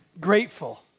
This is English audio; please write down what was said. grateful